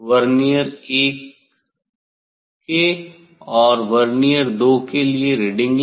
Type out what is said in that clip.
vernier 1 के और vernier 2 के लिए रीडिंग लें